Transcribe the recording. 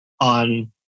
on